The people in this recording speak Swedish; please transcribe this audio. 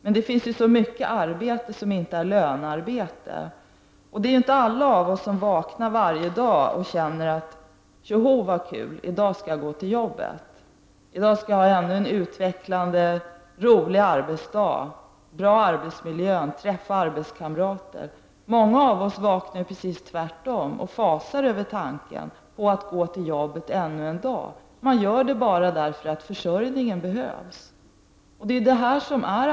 Men det finns ju så mycket arbete som inte är lönearbete. Det är inte alla av oss som vaknar varje dag och tänker: Tjoho vad kul, i dag skall jag gå till jobbet! I dag skall det bli ytterligare en utvecklande och rolig arbetsdag i en bra arbetsmiljö, och jag får träffa arbetskamrater. Tvärtom vaknar många av oss och fasar inför tanken att gå till jobbet ännu en dag. Man går dit bara därför att försörjningen behövs.